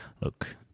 Look